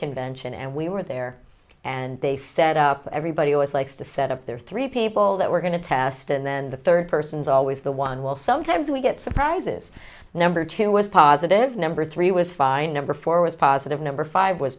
convention and we were there and they set up everybody likes to set up their three people that we're going to test and then the third person is always the one well sometimes we get surprises number two was positive number three was fine number four was positive number five was